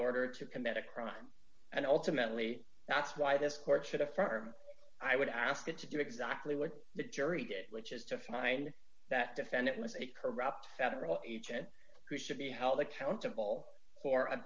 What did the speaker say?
order to commit a crime and ultimately that's why this court for the firm i would ask it to do exactly what the jury did which is to find that defendant was a corrupt federal agent who should be held accountable for